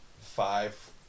Five